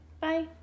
Bye